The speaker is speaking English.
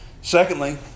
Secondly